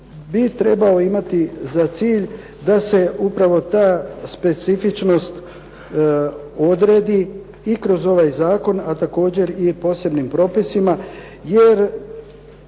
bi trebao imati za cilj da se upravo ta specifičnost odredi i kroz ovaj zakon, a također i posebnim propisima jer